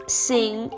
sing